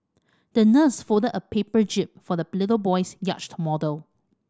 the nurse folded a paper jib for the little boy's yacht model